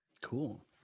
Cool